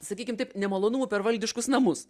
sakykim taip nemalonumų per valdiškus namus